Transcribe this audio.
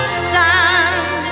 stand